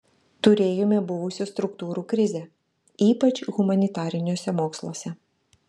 turėjome buvusių struktūrų krizę ypač humanitariniuose moksluose